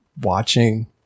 watching